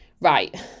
right